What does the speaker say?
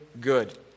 good